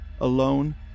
alone